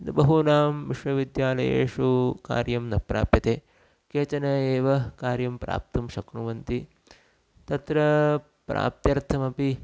बहूनां विश्वविद्यालयेषु कार्यं न प्राप्यते केचन एव कार्यं प्राप्तुं शक्नुवन्ति तत्र प्राप्त्यर्थमपि